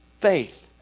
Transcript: faith